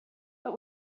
but